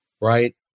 right